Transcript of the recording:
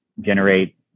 generate